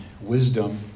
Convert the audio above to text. wisdom